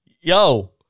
Yo